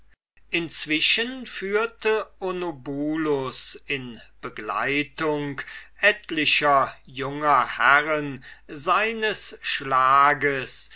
inzwischen führte onobulus in begleitung etlicher junger herren seines schlages